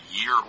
year